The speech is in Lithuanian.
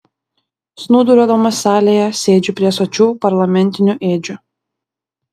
snūduriuodamas salėje sėdžiu prie sočių parlamentinių ėdžių